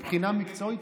מבחינה מקצועית?